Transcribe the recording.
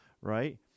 right